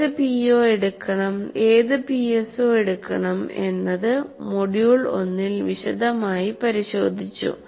ഏത് പിഒ എടുക്കണം ഏത് പിഎസ്ഒ എടുക്കണം എന്നത് മൊഡ്യൂൾ 1 ൽ വിശദമായി പരിശോധിച്ചു